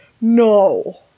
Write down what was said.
No